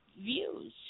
views